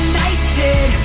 United